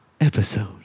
episode